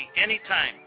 anytime